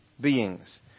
beings